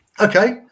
Okay